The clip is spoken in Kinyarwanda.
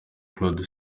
claude